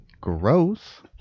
Gross